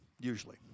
usually